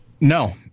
No